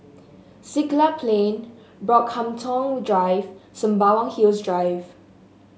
Siglap Plain Brockhampton Drive Sembawang Hills Drive